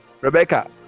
Rebecca